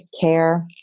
care